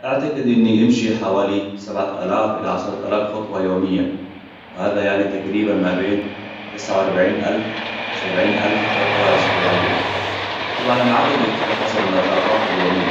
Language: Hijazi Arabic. أعتقد أني أمشي حوالي سبعه الاف إلى عشره الاف خطوة يومياً. وهذا يعني تقريباً ما بين تسعه واربعين ألف وسبعين ألف خطوة أسبوعياً. طبعاً العدد يختلف حسب النشاطات اليومية.